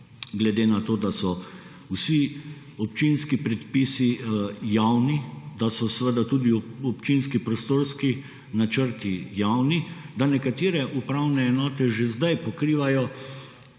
glede na to, da so vsi občinski predpisi javni, da so seveda tudi občinski prostorski načrti javni, da nekatere upravne enote že zdaj pokrivajo